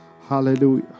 Hallelujah